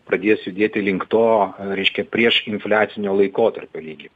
pradės judėti link to reiškia priešinfliacinio laikotarpio lygį